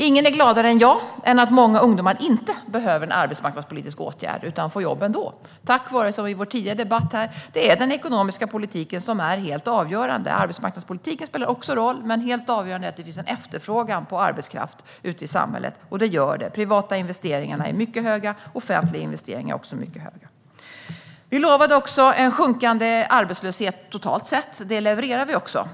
Ingen är gladare än jag över att många ungdomar inte behöver någon arbetsmarknadspolitisk åtgärd utan får jobb ändå. Precis som jag sa i vår tidigare debatt är den ekonomiska politiken helt avgörande. Arbetsmarknadspolitiken spelar också en roll, men helt avgörande är att det finns en efterfrågan på arbetskraft ute i samhället, och det gör det. De privata investeringarna är mycket höga, och de offentliga investeringarna är också mycket höga. Vi lovade också en sjunkande arbetslöshet totalt sett. Det levererar vi också.